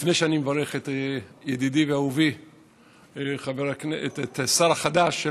לפני שאני מברך את ידידי ואהובי השר החדש,